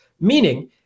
Meaning